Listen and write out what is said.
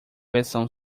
versão